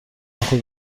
خود